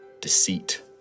deceit